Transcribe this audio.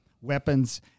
weapons